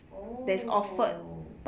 oo